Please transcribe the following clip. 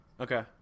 okay